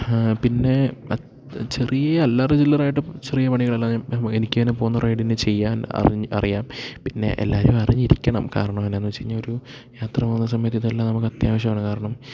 പിന്നെ ചെറിയ അല്ലറ ചില്ലറായിട്ട് ചെറിയ പണികളല്ല എനിക്ക് തനെ പോകുന്ന റൈഡനെ ചെയ്യാൻ അറി അറിയാം പിന്നെ എല്ലാരും അറിഞ്ഞിരിക്കണം കാരണം എന്നാന്ന് വെച്ച് കഴിഞ്ഞാ ഒരു യാത്ര പോകുന്ന സമയത്ത്തെല്ലാം നമുക്ക് അത്യാവശ്യമാണ് കാരണം